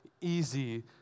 easy